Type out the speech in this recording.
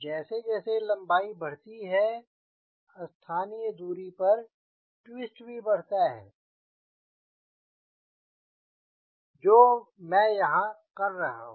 जैसे जैसे लंबाई बढ़ती है स्थानीय दूरी पर ट्विस्ट भी बढ़ता है जो यहाँ मैं कर रहा हूँ